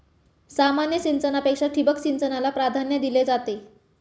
सामान्य सिंचनापेक्षा ठिबक सिंचनाला प्राधान्य दिले जाते